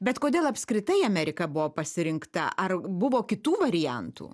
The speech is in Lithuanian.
bet kodėl apskritai amerika buvo pasirinkta ar buvo kitų variantų